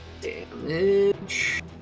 Damage